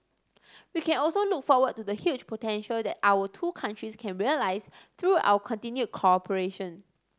we can also look forward to the huge potential that our two countries can realise through our continued cooperation